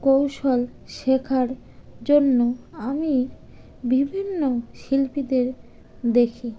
কৌশল শেখার জন্য আমি বিভিন্ন শিল্পীদের দেখি